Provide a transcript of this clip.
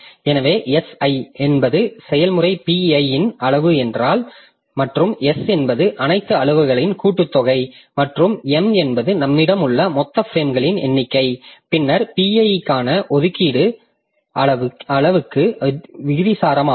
எனவே S i என்பது செயல்முறை P i இன் அளவு என்றால் மற்றும் S என்பது அனைத்து அளவுகளின் கூட்டுத்தொகை மற்றும் m என்பது நம்மிடம் உள்ள மொத்த பிரேம்களின் எண்ணிக்கை பின்னர் P i க்கான ஒதுக்கீடு அளவுக்கு விகிதாசாரமாகும்